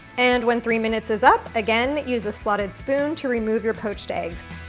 and when three minutes is up again use a slotted spoon to remove your poached eggs.